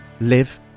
live